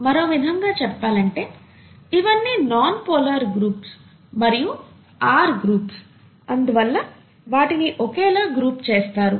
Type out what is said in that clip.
మరో విధంగా చెప్పాలి అంటే ఇవన్నీ నాన్ పోలార్ గ్రూప్స్ మరియు R గ్రూప్స్ అందువల్ల వాటిని ఒకలా గ్రూప్ చేసారు